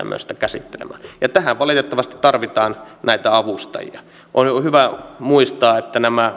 myös lähteä sitä käsittelemään tähän valitettavasti tarvitaan näitä avustajia on hyvä muistaa että nämä